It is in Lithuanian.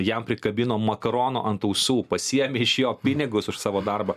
jam prikabino makaronų ant ausų pasiėmė iš jo pinigus už savo darbą